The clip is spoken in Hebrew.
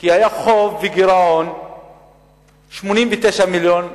כי היו חוב וגירעון של 89 מיליון שקל,